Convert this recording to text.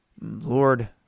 Lord